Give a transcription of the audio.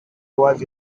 was